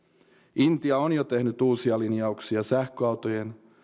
intia on jo tehnyt uusia linjauksia sähköautojen